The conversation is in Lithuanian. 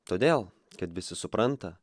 todėl kad visi supranta